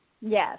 Yes